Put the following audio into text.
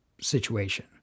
situation